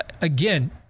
again